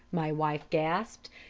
my wife gasped,